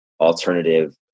alternative